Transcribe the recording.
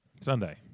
Sunday